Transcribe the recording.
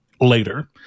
later